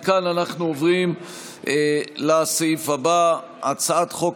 מכאן אנחנו עוברים לסעיף הבא: הצעת חוק